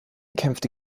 kämpfte